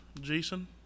Jason